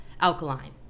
alkaline